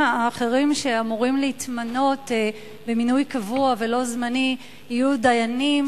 האחרים שאמורים להתמנות במינוי קבוע ולא זמני יהיו דיינים